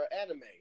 anime